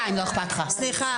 שטויות ומושך זמן.